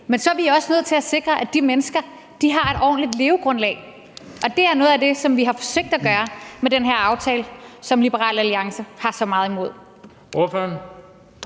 Men så er vi også nødt til at sikre, at de mennesker har et ordentligt levegrundlag, og det er noget af det, som vi har forsøgt at gøre med den her aftale, som Liberal Alliance har så meget imod.